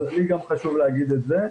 אז לי גם חשוב להגיד את זה.